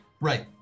Right